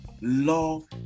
Love